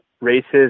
races